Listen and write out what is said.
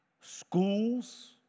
schools